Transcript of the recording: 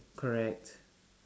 correct